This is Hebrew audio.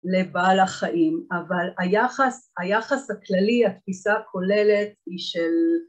לבעל החיים, אבל היחס, היחס הכללי, התפיסה הכוללת, היא של